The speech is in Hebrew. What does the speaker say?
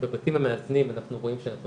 בבתים המאזנים אנחנו רואים שאנחנו